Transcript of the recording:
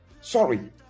Sorry